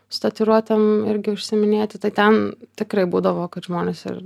su tatuiruotėm irgi užsiiminėti tai ten tikrai būdavo kad žmonės ir